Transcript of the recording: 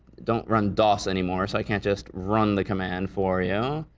don't run dos anymore so i can't just run the command for you.